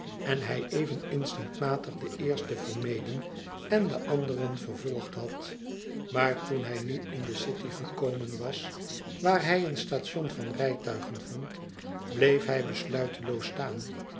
en hij even instinctmatig den eersten vermeden en den anderen vervolgd had maar toen hij qu in de city gekomen was waar hij een station van rijtuigen vond bleef hij besluiteloos staan